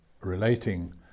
relating